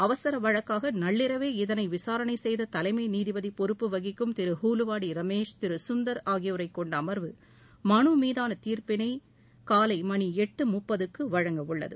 அவசர வழக்காக நள்ளிரவே இதனை விசாரணை செய்த தலைமை நீதிபதி பொறுப்பு வகிக்கும் திரு ஹுலுவாடி ரமேஷ் திரு கந்தர் ஆகியோரைக் கொண்ட அம்வு மனு மீதான தீர்ப்பினை காலை மணி எட்டு முப்பது மணிக்கு வழங்கவுள்ளது